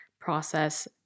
process